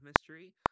mystery